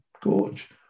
gorge